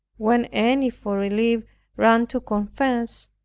when any for relief run to confess,